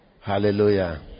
Hallelujah